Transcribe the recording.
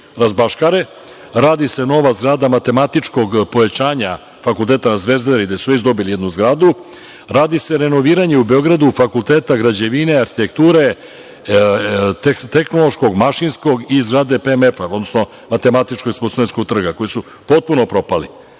razbaškare. Radi se nova zgrada matematičkog pojačanja fakulteta na Zvezdari, gde su već dobili jednu zgradu. Radi se renoviranje u Beogradu Fakulteta građevine, arhitekture, tehnološkog, mašinskog i zgrade PMF, kod Studentskog trga, koji su potpuno propali.